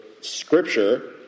scripture